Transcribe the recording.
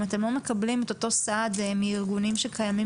אם אתם לא מקבלים את אותו סעד מארגונים שקיימים